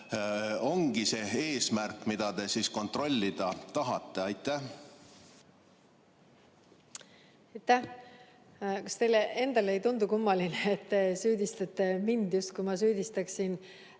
ongi see eesmärk, mida te kontrollida tahate? Aitäh! Kas teile endale ei tundu kummaline, et te süüdistate mind, justkui ma süüdistaksin